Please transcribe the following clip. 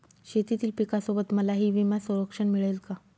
शेतीतील पिकासोबत मलाही विमा संरक्षण मिळेल का?